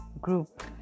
group